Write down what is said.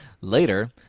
later